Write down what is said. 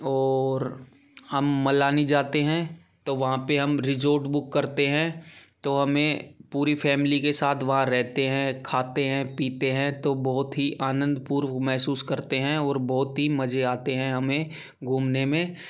और हम मनाली जाते हैं तो वहाँ पर हम रिजॉर्ट बुक करते हैं तो हम पूरी फैमिली के साथ वहाँ रहते हैं खाते हैं पीते हैं तो बहुत ही आनंदपूर्व महसूस करते हैं और बहुत ही मज़े आते हैं हमें घूमने में